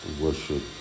worship